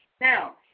Now